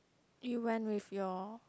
you went with your